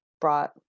brought